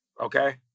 Okay